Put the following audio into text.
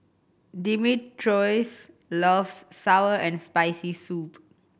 Dimitrios loves sour and Spicy Soup